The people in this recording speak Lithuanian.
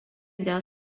dėl